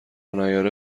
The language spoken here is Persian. نیاره